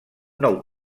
nou